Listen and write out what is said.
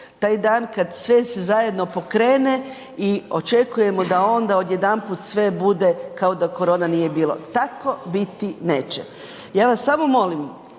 taj dan kada se sve zajedno pokrene i očekujemo da onda odjedanput sve bude kao da korone nije bilo, tako biti neće. Ja vas samo molim